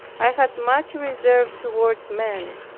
i had much reserve toward men.